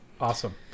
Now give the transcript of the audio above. Awesome